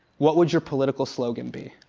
what would your political slogan be?